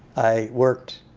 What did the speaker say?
i worked